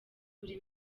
buri